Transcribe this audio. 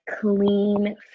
clean